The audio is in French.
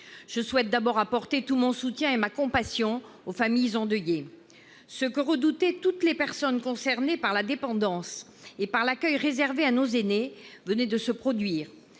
Je souhaite d'abord apporter tout mon soutien et ma compassion aux familles endeuillées. Ce que redoutaient toutes les personnes concernées par la dépendance et par l'accueil réservé à nos aînés venait de se produire